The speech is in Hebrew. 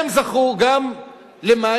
הם זכו גם למים,